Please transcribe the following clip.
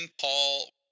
Paul